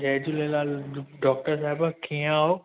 जय Jhulelal doctor दादा किअं आहियो